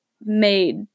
made